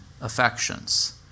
affections